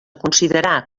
considerar